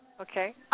Okay